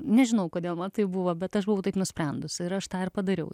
nežinau kodėl man taip buvo bet aš buvau taip nusprendus ir aš tą ir padariau